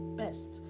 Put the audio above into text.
best